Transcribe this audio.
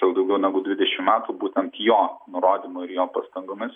kiek daugiau negu dvidešim metų būtent jo nurodymu ir jo pastangomis